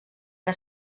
que